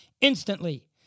instantly